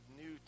new